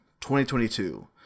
2022